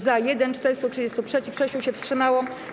Za - 1, 430 - przeciw, 6 się wstrzymało.